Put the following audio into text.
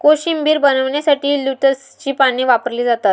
कोशिंबीर बनवण्यासाठी लेट्युसची पाने वापरली जातात